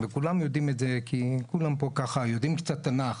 וכולנו יודעים את זה כי כולם פה יודעים קצת תנ"ך.